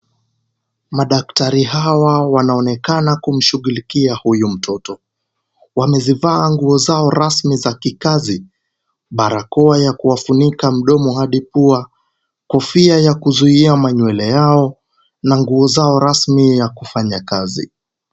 Madaktari hawa wanaonekana kumshughulikia huyu mtoto ,wamezivaa nguo zao rasmi za kikazi ,barakoa ya kuwafunika mdomo hadi pua ,kofia za kuzuia manywele yao na nguo zao rasmi ya kufanya kazi.